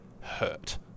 hurt